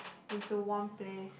into one place